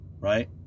right